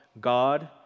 God